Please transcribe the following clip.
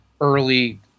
early